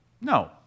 No